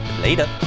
Later